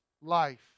life